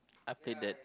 I've played that